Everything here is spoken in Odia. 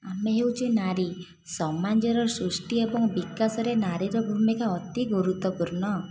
ଆମେ ହେଉଛେ ନାରୀ ସମାଜର ସୃଷ୍ଟି ଏବଂ ବିକାଶରେ ନାରୀର ଭୂମିକା ଅତି ଗୁରୁତ୍ଵପୂର୍ଣ୍ଣ